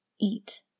eat